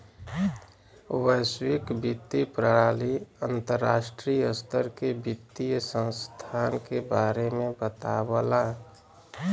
वैश्विक वित्तीय प्रणाली अंतर्राष्ट्रीय स्तर के वित्तीय संस्थान के बारे में बतावला